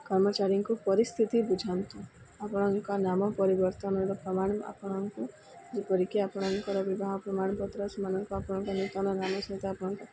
କର୍ମଚାରୀଙ୍କୁ ପରିସ୍ଥିତି ବୁଝାନ୍ତୁ ଆପଣଙ୍କ ନାମ ପରିବର୍ତ୍ତନର ପ୍ରମାଣ ଆପଣଙ୍କୁ ଯେପରିକି ଆପଣଙ୍କର ବିବାହ ପ୍ରମାଣପତ୍ର ସେମାନଙ୍କୁ ଆପଣଙ୍କ ନୂତନ ନାମ ସହିତ ଆପଣଙ୍କ